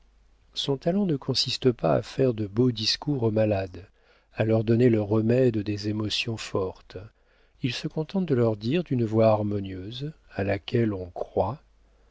son talent ne consiste pas à faire de beaux discours aux malades à leur donner le remède des émotions fortes il se contente de leur dire d'une voix harmonieuse à laquelle on croit